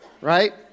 Right